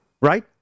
right